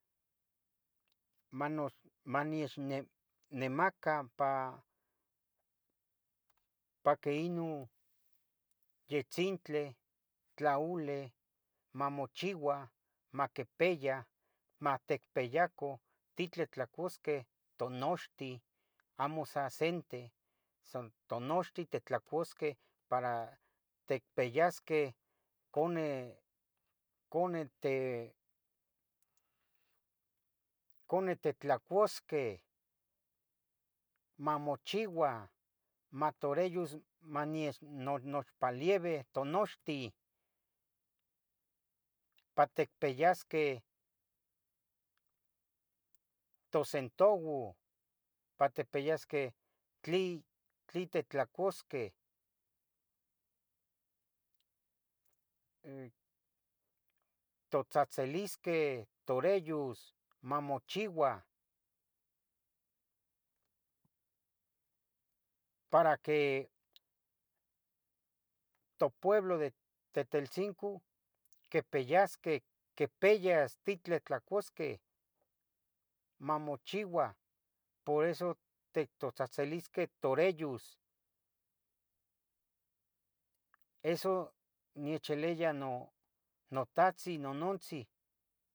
manoch maninech nomaca pa que ica non yitzintli tlaole mamochiua maquepeya maticpiyaco tlen titlucosqueh tonoxteh amo sa senteh san tonochtih titlucosqueh para ticpeyasqueh cone conete conete titlucusqueh mamochiva matoreyos matechpolevi matinochti maticpiyasqueh tosentago pa ticpiyasqueh tlin titlocosqueh totzahtzilisqueh toreyos mamochiuah para que topueblo de Teteltzinco quipiyasqueh quipiyas tlin titlocosqueh mamochiua por eso tictotzahtzilisqueh toreyos eso necheleya notahtzin nonontzin